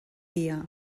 dia